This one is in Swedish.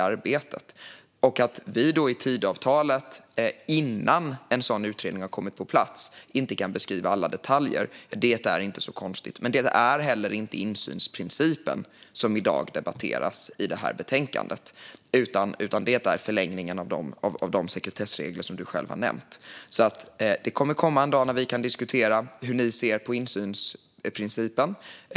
Att vi innan utredningen kommit på plats inte kan beskriva alla detaljer är inte så konstigt. Det är inte heller insynsprincipen som debatteras i dagens betänkande utan förlängningen av de sekretessregler Linus Sköld själv nämnt. Det kommer en dag då vi kan diskutera hur ni ser på insynsprincipen.